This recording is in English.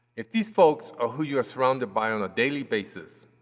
if these folks are who you are surrounded by on a daily basis,